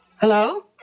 Hello